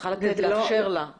שם צריך לתקן ושם צריך